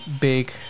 big